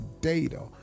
data